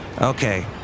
Okay